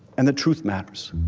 and the truth matters.